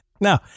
No